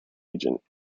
agent